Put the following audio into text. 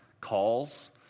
calls